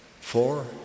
Four